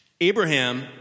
Abraham